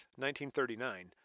1939